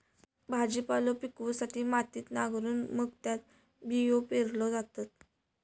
भाजीपालो पिकवूसाठी मातीत नांगरून मग त्यात बियो पेरल्यो जातत